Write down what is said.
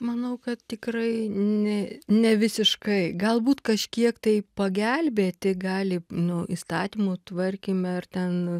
manau kad tikrai ne nevisiškai galbūt kažkiek tai pagelbėti gali nu įstatymų tvarkyme ar ten